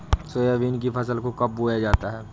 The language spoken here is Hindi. सोयाबीन की फसल को कब बोया जाता है?